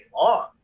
long